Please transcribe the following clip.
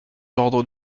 l’ordre